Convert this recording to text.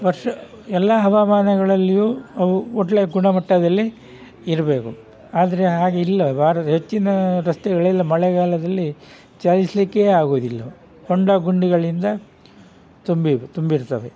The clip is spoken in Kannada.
ವರ್ಷ ಎಲ್ಲ ಹವಾಮಾನಗಳಲ್ಲಿಯೂ ಅವು ಒಳ್ಳೆ ಗುಣಮಟ್ಟದಲ್ಲಿ ಇರಬೇಕು ಆದರೆ ಹಾಗಿಲ್ಲ ಭಾರತ ಹೆಚ್ಚಿನ ರಸ್ತೆಗಳೆಲ್ಲ ಮಳೆಗಾಲದಲ್ಲಿ ಚಲಿಸಲಿಕ್ಕೆ ಆಗೋದಿಲ್ಲ ಹೊಂಡ ಗುಂಡಿಗಳಿಂದ ತುಂಬಿವೆ ತುಂಬಿರ್ತವೆ